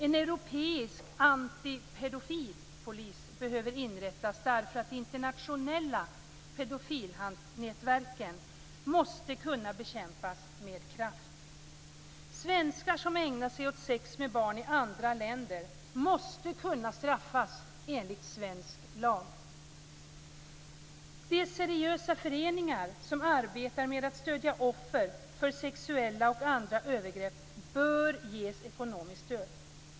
En europeisk antipedofilpolis behöver inrättas. De internationella pedofilnätverken måste kunna bekämpas med kraft. Svenskar som ägnar sig åt sex med barn i andra länder måste kunna straffas enligt svensk lag. De seriösa föreningar som arbetar med att stödja offer för sexuella och andra övergrepp bör ges ekonomiskt stöd.